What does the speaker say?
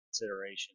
consideration